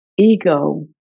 ego